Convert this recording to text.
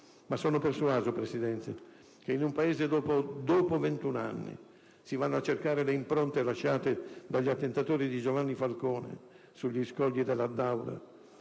ma sono persuaso signor Presidente, che in un Paese in cui dopo 21 anni si vanno a cercare le impronte lasciate dagli attentatori di Giovanni Falcone sugli scogli dell'Addaura